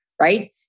right